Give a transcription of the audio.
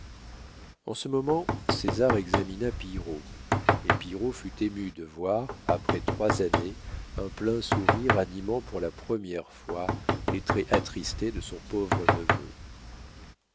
en ce moment césar examina pillerault et pillerault fut ému de voir après trois années un plein sourire animant pour la première fois les traits attristés de son pauvre neveu